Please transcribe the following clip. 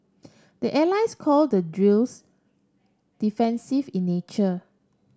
the allies call the drills defensive in nature